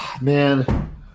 Man